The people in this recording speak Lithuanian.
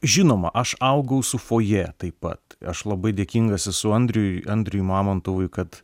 žinoma aš augau su fojė taip pat aš labai dėkingas esu andriui andriui mamontovui kad